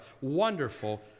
wonderful